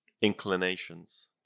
inclinations